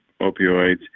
opioids